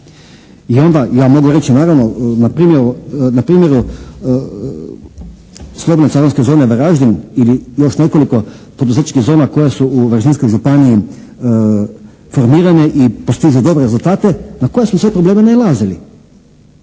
I onda ja mogu reći naravno na primjeru slobodne carinske zone Varaždin ili još nekoliko poduzetničkih zona koje su u Varaždinskoj županiji formirane i postižu dobre rezultate na koje su sve probleme nailazili.